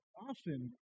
often